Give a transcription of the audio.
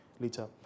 later